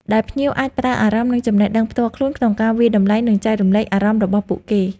ដែលភ្ញៀវអាចប្រើអារម្មណ៍ និងចំណេះដឹងផ្ទាល់ខ្លួនក្នុងការវាយតម្លៃ និងចែករំលែកអារម្មណ៍របស់ពួកគេ។